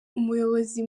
umuyobozi